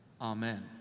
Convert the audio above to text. Amen